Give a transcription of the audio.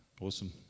awesome